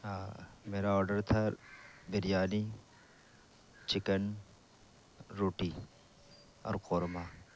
ہاں میرا آڈر تھا بریانی چکن روٹی اور قورمہ